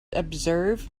observe